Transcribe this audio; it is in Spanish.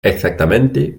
exactamente